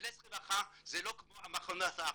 ארץ רווחה זה לא כמו מחנות עקורים,